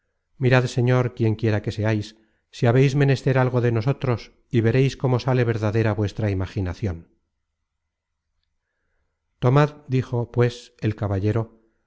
antonio mirad señor quien quiera que seais si habeis menester algo de nosotros y vereis cómo sale verdadera vuestra imaginacion tomad dijo pues el caballero